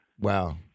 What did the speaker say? wow